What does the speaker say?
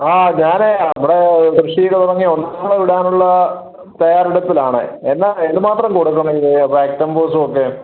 ആ ഞാൻ നമ്മുടെ കൃഷി തുടങ്ങി ഒന്നാം വളം ഇടാനുള്ള തയ്യാറെടുപ്പിലാണ് എന്ന എന്തു മാത്രം കൊടുക്കും ഈ ഫാക്ടമ്പഫോസും ഒക്കെ